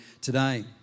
today